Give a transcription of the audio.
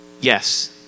yes